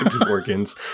organs